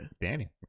Danny